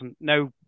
no